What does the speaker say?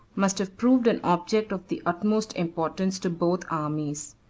must have proved an object of the utmost importance to both armies.